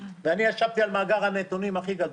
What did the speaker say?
וישבתי על מאגר הנתונים הכי גדול,